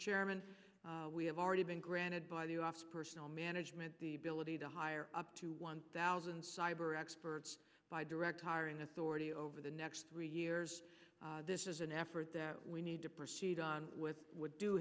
chairman we have already been granted by the office personnel management the ability to hire up to one thousand cyber experts by director in authority over the next three years this is an effort that we need to proceed on with would do